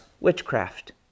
witchcraft